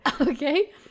okay